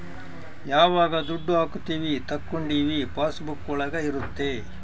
ಯಾವಾಗ ದುಡ್ಡು ಹಾಕೀವಿ ತಕ್ಕೊಂಡಿವಿ ಪಾಸ್ ಬುಕ್ ಒಳಗ ಇರುತ್ತೆ